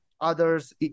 others